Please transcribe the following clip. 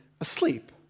asleep